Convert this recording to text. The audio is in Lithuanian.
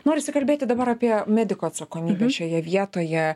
norisi kalbėti dabar apie medikų atsakomybę šioje vietoje